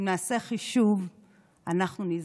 אם נעשה חישוב אנחנו נזדעזע: